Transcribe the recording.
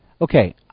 Okay